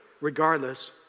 regardless